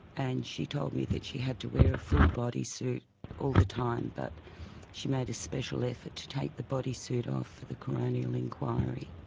and she told me that she had to wear a full body suit all the time but she made a special effort to take the body suit off for the coronial inquiry.